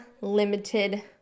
limited